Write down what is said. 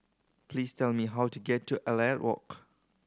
please tell me how to get to Elliot Walk